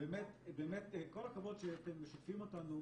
באמת כל הכבוד שאתם משתפים אותנו,